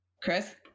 chris